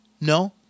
No